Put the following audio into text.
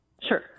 Sure